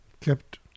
kept